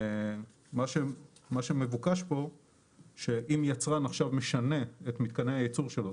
מה שמבוקש פה שאם יצרן עכשיו משנה את מתקני הייצור שלו,